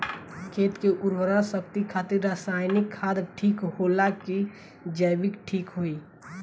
खेत के उरवरा शक्ति खातिर रसायानिक खाद ठीक होला कि जैविक़ ठीक होई?